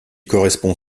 correspond